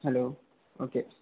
hello okay